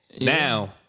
Now